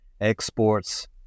exports